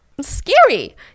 Scary